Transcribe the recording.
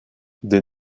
des